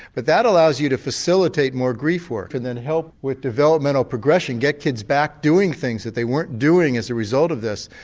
but that allows you to facilitate more grief work and then help with developmental progression, get kids back doing things that they weren't doing as a result of this.